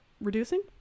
reducing